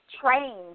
trained